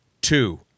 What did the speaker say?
two